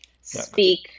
speak